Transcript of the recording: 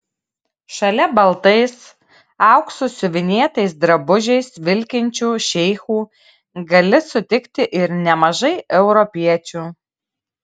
šalia baltais auksu siuvinėtais drabužiais vilkinčių šeichų gali sutikti ir nemažai europiečių